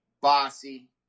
Bossy